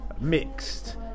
mixed